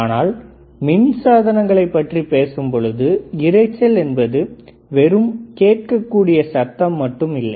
ஆனால் மின் சாதனங்களைப் பற்றி பேசும்பொழுது இரைச்சல் என்பது வெறும் கேட்கக்கூடிய சத்தம் மட்டும் இல்லை